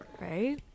Right